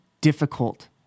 difficult